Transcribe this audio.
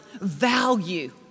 value